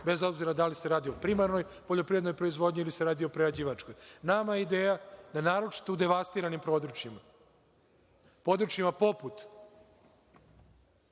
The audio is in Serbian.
bez obzira da li se radi o primarnoj poljoprivrednoj proizvodnji ili se radi o prerađivačkoj. Nama je ideja da, naročito u devastiranim područjima poput, navešću